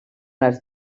les